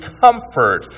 comfort